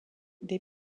des